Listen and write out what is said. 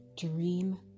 dream